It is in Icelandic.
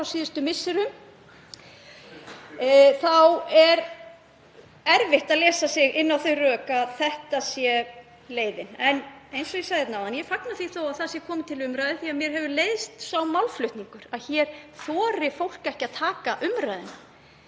á síðustu misserum er erfitt að lesa sig inn á þau rök að þetta sé leiðin. Eins og ég sagði áðan fagna ég því þó að málið sé komið til umræðu því að mér hefur leiðst sá málflutningur að hér þori fólk ekki að taka umræðuna.